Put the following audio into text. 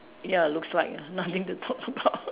ya looks like ah nothing to talk about